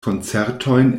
koncertojn